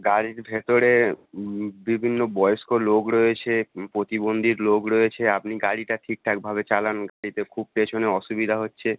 গাড়ির ভেতরে বিভিন্ন বয়স্ক লোক রয়েছে প্রতিবন্ধী লোক রয়েছে আপনি গাড়িটা ঠিকঠাকভাবে চালান গাড়িতে খুব পেছনে অসুবিধা হচ্ছে